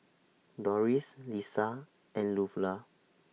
Doris Lissa and